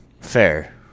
Fair